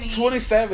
27